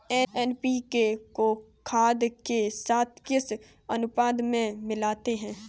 NPK को खाद के साथ किस अनुपात में मिलाते हैं?